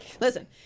Listen